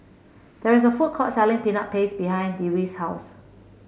there is a food court selling Peanut Paste behind Dewey's house